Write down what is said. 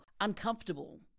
uncomfortable